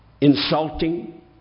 insulting